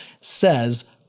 says